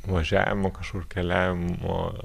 važiavimo kažkur keliavimo